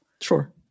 Sure